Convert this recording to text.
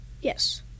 Yes